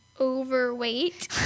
overweight